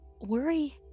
worry